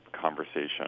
conversation